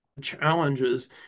challenges